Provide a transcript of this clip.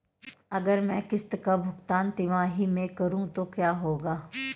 अगर मैं किश्त का भुगतान तिमाही में करूं तो क्या होगा?